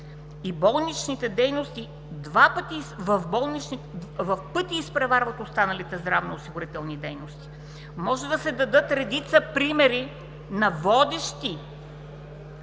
и болнични дейности в пъти изпреварват останалите здравноосигурителни дейности. Може да се дадат редица примери на водещи